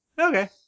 Okay